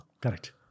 Correct